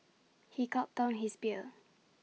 he gulped down his beer